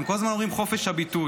הם כל הזמן אומרים "חופש הביטוי".